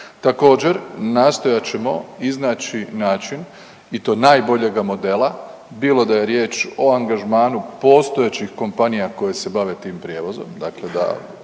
Također nastojat ćemo iznaći način i to najboljega modela, bilo da je riječ o angažmanu postojećih kompanija koje se bave tim prijevozom,